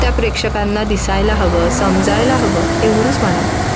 त्या प्रेक्षकांना दिसायला हवं समजायला हवं एवढंच मला वाटतं